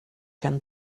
can